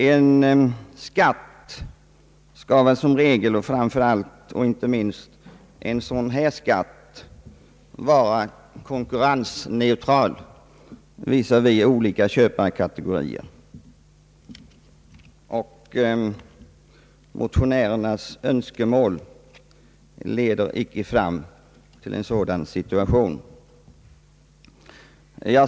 En skatt, och inte minst realisationsvinstbeskattningen, bör vara konkurrensneutral visavi olika köparkategorier. Motionärernas önskemål leder inte fram till en sådan situation.